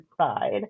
side